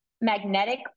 magnetic